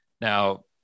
Now